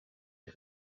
uyu